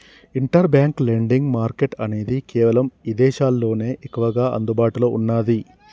inter bank lending market అనేది కేవలం ఇదేశాల్లోనే ఎక్కువగా అందుబాటులో ఉన్నాది